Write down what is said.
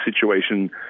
situation